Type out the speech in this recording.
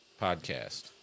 podcast